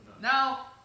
Now